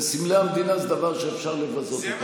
וסמלי המדינה זה דבר שאפשר לבזות.